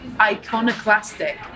Iconoclastic